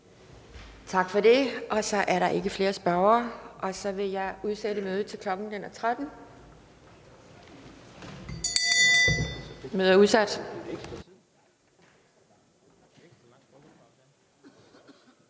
Tak for det. Så er der ikke flere spørgere. Så vil jeg udsætte mødet til kl. 13.00. Mødet er udsat.